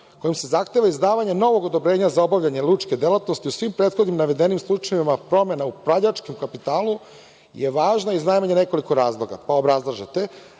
kojim se zahteva izdavanje novog odobrenja za obavljanje lučke delatnosti u svim prethodnim navedenim slučajevima, promena u upravljačkom kapitalu, je važna iz najmanje nekoliko razloga, pa obrazlažete,